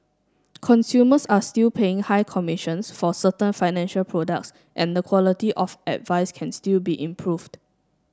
consumers are still paying high commissions for certain financial products and the quality of advice can still be improved